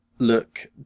look